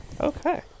Okay